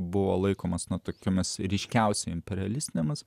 buvo laikomos na tokiomis ryškiausiai imperialistinėmis